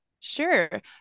Sure